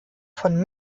von